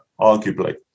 arguably